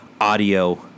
audio